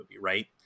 right